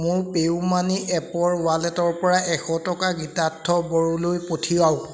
মোৰ পেইউমানি এপৰ ৱালেটৰপৰা এশ টকা গীতাৰ্থ বড়োলৈ পঠিয়াওক